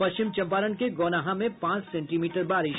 पश्चिम चंपारण के गौनाहा में पांच सेंटीमीटर बारिश